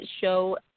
show